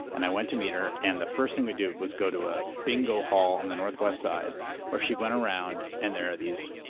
and i went to meet her and the first thing we do was go to a bingo hall on the northwest side where she went around and there are these,